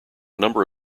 number